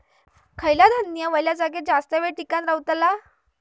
खयला धान्य वल्या जागेत जास्त येळ टिकान रवतला?